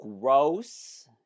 gross